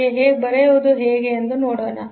ಗೆ 1 ಬರೆಯುವುದು ಹೇಗೆ ಎಂದು ನೋಡೋಣ